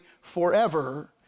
forever